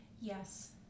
Yes